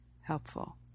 helpful